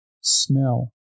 smell